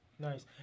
Nice